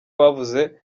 bavuze